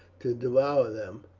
to devour them.